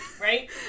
right